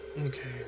Okay